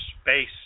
space